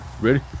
Ready